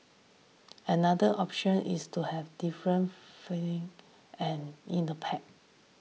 another option is to have different and in the pack